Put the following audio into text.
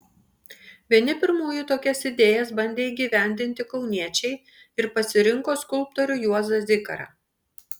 vieni pirmųjų tokias idėjas bandė įgyvendinti kauniečiai ir pasirinko skulptorių juozą zikarą